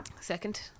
Second